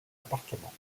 appartement